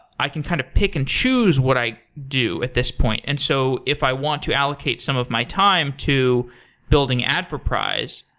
i can kind of pick and choose what i do at this point. and so if i want to allocate some of my time to building adforprize,